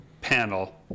panel